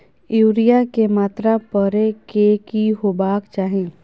Urea के मात्रा परै के की होबाक चाही?